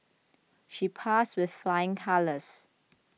she passed with flying colours